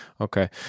Okay